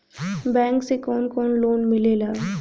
Bank से कौन कौन लोन मिलेला?